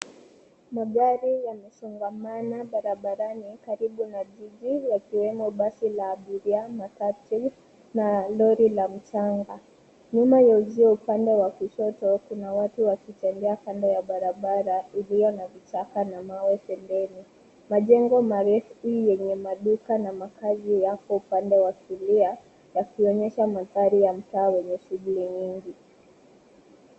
Magari yamesongamana barabarani karibu na jiji likiwemo basi la abiria, matatu na lori la mchanga. Nyuma ya uzio upande wa kushoto kuna watu wakitembea kando ya barabara iliyo na vichaka na mawe pembeni. Majengo marefu yenye maduka na makazi yako upande wa kulia, yakionyesha mandhari ya mtaa wenye shughuli nyingi.